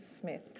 Smith